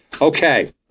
Okay